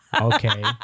Okay